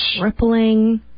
Rippling